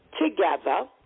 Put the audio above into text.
together